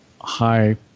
high